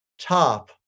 top